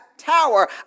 tower